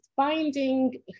finding